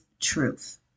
truth